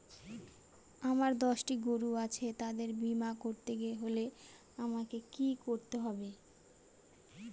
আমার দশটি গরু আছে তাদের বীমা করতে হলে আমাকে কি করতে হবে?